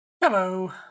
Hello